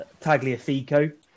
Tagliafico